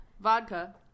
Vodka